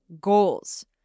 goals